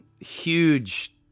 Huge